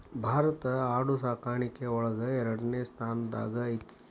ಭಾರತಾ ಆಡು ಸಾಕಾಣಿಕೆ ಒಳಗ ಎರಡನೆ ಸ್ತಾನದಾಗ ಐತಿ